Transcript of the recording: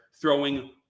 throwing